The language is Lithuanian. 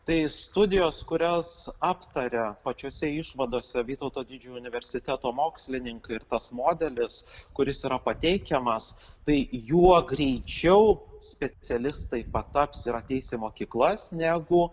tai studijos kurias aptaria pačiose išvadose vytauto didžiojo universiteto mokslininkai ir tas modelis kuris yra pateikiamas tai juo greičiau specialistai pataps ir ateis į mokyklas negu